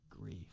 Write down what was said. grief